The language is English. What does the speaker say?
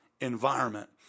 environment